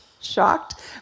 shocked